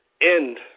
End